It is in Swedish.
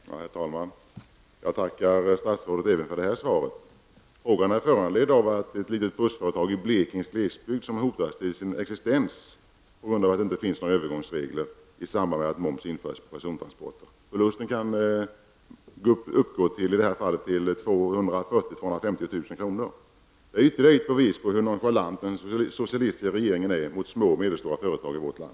Herr talman! Jag tackar statsrådet Åsbrink även för detta svar. Frågan är föranledd av att ett litet bussföretag i Blekinges glesbygd hotas till sin existens på grund av att det inte finns några övergångsregler i samband med att moms införs på persontransporter. Förlusterna i det här fallet kan uppgå till 240 000--250 000 kr. Det är ytterligare ett bevis på hur nonchalant den socialistiska regeringen är mot små och medelstora företag i vårt land.